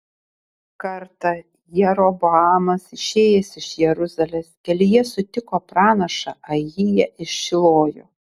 kartą jeroboamas išėjęs iš jeruzalės kelyje sutiko pranašą ahiją iš šilojo